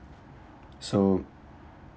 so